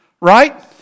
right